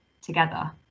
together